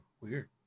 Weird